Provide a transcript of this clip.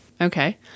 Okay